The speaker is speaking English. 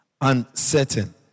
Uncertain